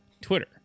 Twitter